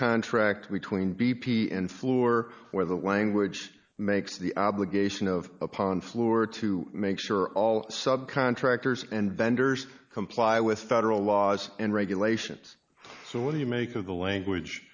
contract between b p and floor where the language makes the obligation of upon floor to make sure all sub contractors and vendors comply with federal laws and regulations so what do you make of the language